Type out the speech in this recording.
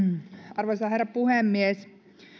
arvoisa herra puhemies